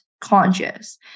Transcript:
conscious